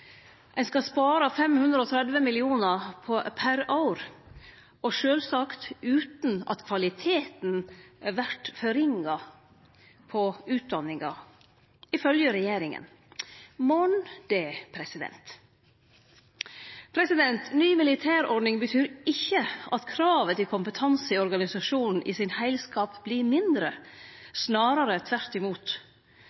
Ein skal spare 530 mill. kr per år, og sjølvsagt utan at kvaliteten på utdanninga vert ringare, ifølge regjeringa. Skal tru det! Ny militærordning betyr ikkje at kravet til kompetanse i organisasjonen i sin heilskap vert mindre,